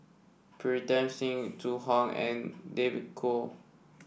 Pritam Singh Zhu Hong and David Kwo